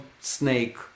snake